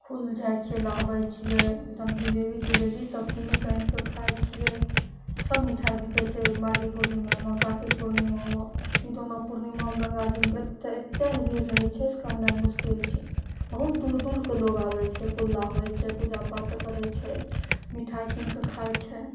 कुल जाइ छियै नहबय छियै जिलेबी तिलेबि सब कीनके आनिके खाइ छियै सब मिठाइ बिकइ छै माघी पूर्णिमामे कातिक पूर्णिमामे ई दोनो पूर्णिमामे गंगा जीमे एते ने भीड़ रहय छै की से कहनाइ मुश्किल छै बहुत दूर दूरके लोग अबय छै कुल नहबय छै पूजा पाठ करय छै मिठाइ कीनके खाइ छै